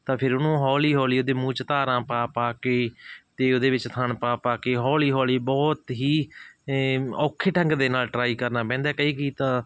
ਤਾਂ ਫਿਰ ਉਹਨੂੰ ਹੌਲੀ ਹੌਲੀ ਉਹਦੇ ਮੂੰਹ 'ਚ ਧਾਰਾਂ ਪਾ ਪਾ ਕੇ ਅਤੇ ਉਹਦੇ ਵਿੱਚ ਥਣ ਪਾ ਪਾ ਕੇ ਹੌਲੀ ਹੌਲੀ ਬਹੁਤ ਹੀ ਔਖੇ ਢੰਗ ਦੇ ਨਾਲ ਟਰਾਈ ਕਰਨਾ ਪੈਂਦਾ ਕਈ ਕੀ ਤਾਂ